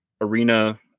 arena